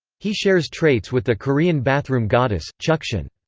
he shares traits with the korean bathroom goddess, cheukshin.